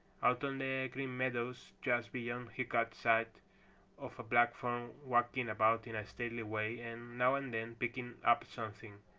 out on the green meadows just beyond he caught sight of a black form walking about in a stately way and now and then picking up something.